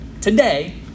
Today